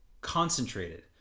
concentrated